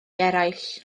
eraill